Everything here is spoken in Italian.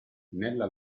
nella